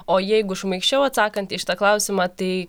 o jeigu šmaikščiau atsakant į šitą klausimą tai